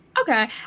Okay